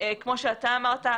כמו שאתה אמרת,